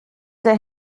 der